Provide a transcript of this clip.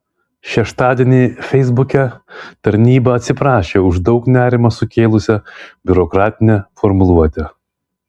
šeštadienį feisbuke tarnyba atsiprašė už daug nerimo sukėlusią biurokratinę formuluotę